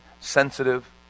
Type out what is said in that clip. sensitive